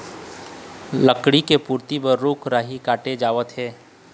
लकड़ी के पूरति बर रूख राई काटे जावत हे